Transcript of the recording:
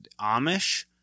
Amish